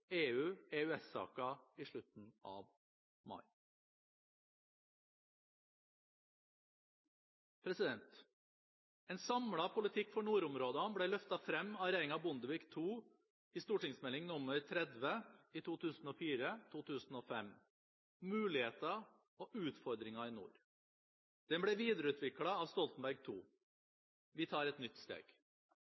EU- og EØS-saker i slutten av mai. En samlet politikk for nordområdene ble løftet frem av regjeringen Bondevik II i St.meld. 30 for 2004–2005 Muligheter og utfordringer i nord. Den ble videreutviklet av Stoltenberg II-regjeringen. Vi tar et nytt steg.